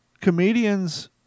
comedians